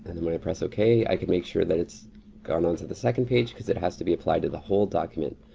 and then when i press okay i can make sure it's gone onto the second page cause it has to be applied to the whole document.